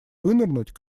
вынырнуть